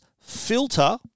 filter